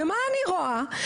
אבל מה שהיא עוסקת לדוגמה,